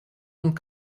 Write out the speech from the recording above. und